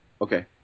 okay